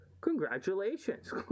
Congratulations